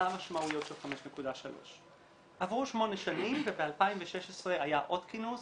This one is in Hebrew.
מה המשמעויות של 5.3. עברו שמונה שנים וב-2016 היה עוד כינוס